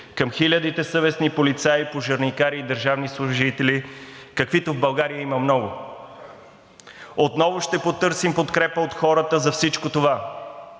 към хилядите съвестни полицаи, пожарникари и държавни служители, каквито в България има много. Отново ще потърсим подкрепа от хората за всичко това.